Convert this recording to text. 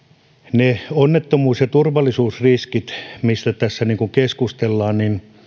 ne onnettomuus ja turvallisuusriskit mistä tässä keskustellaan